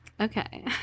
Okay